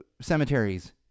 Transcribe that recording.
cemeteries